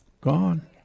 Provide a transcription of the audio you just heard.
Gone